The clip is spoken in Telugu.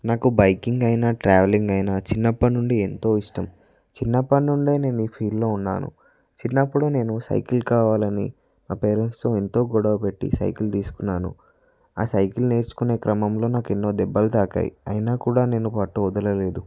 నాకు బైకింగ్ అయిన ట్రావెలింగ్ అయిన చిన్నప్పటినుండి ఎంతో ఇష్టం చిన్నప్పుడు నుండి నేను ఈ ఫీల్డ్లో ఉన్నాను చిన్నప్పుడు నేను సైకిల్ కావాలని మా పేరెంట్స్తో ఎంతో గొడవ పెట్టి సైకిల్ తీసుకున్నాను ఆ సైకిల్ నేర్చుకునే క్రమంలో నాకు ఎన్నో దెబ్బలు తాకాయి అయినా కూడా నేను పట్టు వదలలేదు